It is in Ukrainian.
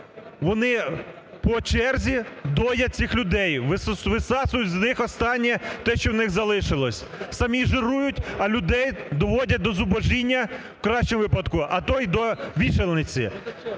вони по черзі доять цих людей, висосують з них останнє те, що в них залишилось. Самі жирують, а людей доводять до зубожіння в кращому падку, а то й до вішальниці.